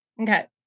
Okay